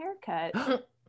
haircut